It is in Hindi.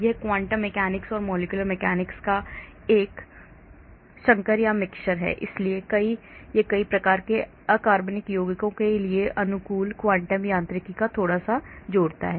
यह quantum mechanics and molecular mechanics का एक संकर है इसलिए यह कई प्रकार के अकार्बनिक यौगिकों के लिए अनुकूलित क्वांटम यांत्रिकी का थोड़ा सा जोड़ता है